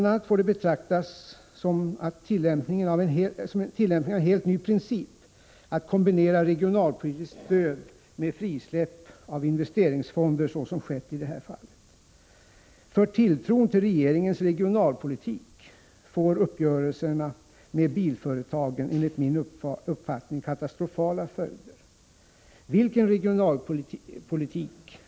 a. får det betraktas som tillämpning av en helt ny princip att kombinera regionalpolitiskt stöd med frisläpp av investeringsfonder såsom har skett i detta fall. Tilltron till regeringens regionalpolitik får genom uppgörelserna med bilföretagen enligt min uppfattning katastrofala följder.